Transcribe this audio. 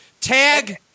Tag